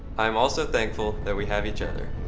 i'm also thankful that we have each other.